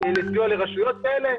לסייע לרשויות כאלה,